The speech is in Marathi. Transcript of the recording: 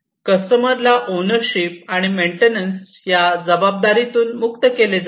कस्टमरला ओनरशिप आणि मेंटेनन्स या जबाबदारी तून मुक्त केले जाते